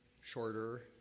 shorter